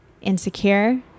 insecure